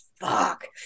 fuck